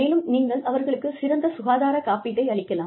மேலும் நீங்கள் அவர்களுக்குச் சிறந்த சுகாதார காப்பீட்டை அளிக்கலாம்